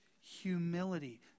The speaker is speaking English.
humility